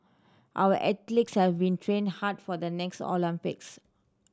our athletes have been train hard for the next Olympics